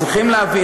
צריכים להבין.